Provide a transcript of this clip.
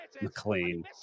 McLean